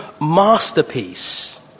masterpiece